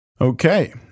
Okay